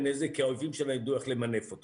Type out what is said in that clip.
כי האויבים שלנו יידעו איך למנף אותו